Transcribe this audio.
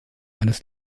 eines